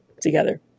together